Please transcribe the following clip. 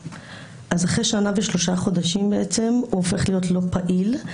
--- אחרי שנה ושלושה חודשים הוא הופך להיות לא פעיל.